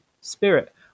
spirit